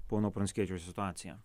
pono pranckiečio situaciją